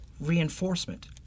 reinforcement